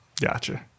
Gotcha